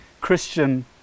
Christian